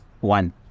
one